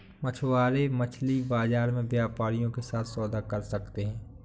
मछुआरे मछली बाजार में व्यापारियों के साथ सौदा कर सकते हैं